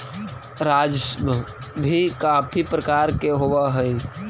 राजस्व भी काफी प्रकार के होवअ हई